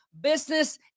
business